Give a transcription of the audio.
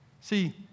See